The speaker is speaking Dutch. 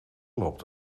loopt